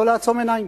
לא לעצום עיניים.